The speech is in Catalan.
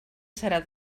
serà